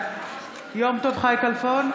בעד יום טוב חי כלפון,